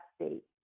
state